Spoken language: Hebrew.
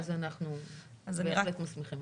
אנחנו בהחלט מסמיכים.